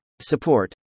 Support